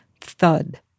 thud